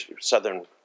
southern